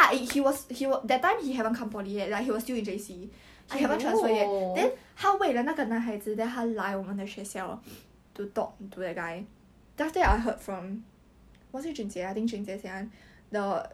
err you you can no even though there's a goal keeper you can still score I don't know lah but like um